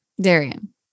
Darian